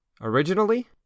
Originally